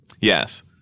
Yes